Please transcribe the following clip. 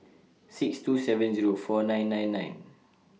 six two seven Zero four nine nine nine